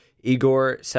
Igor